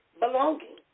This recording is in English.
belonging